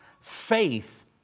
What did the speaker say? Faith